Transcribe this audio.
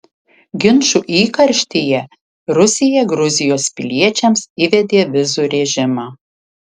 ginčų įkarštyje rusija gruzijos piliečiams įvedė vizų režimą